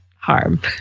harm